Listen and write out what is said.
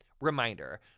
Reminder